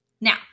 Now